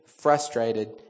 frustrated